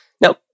Now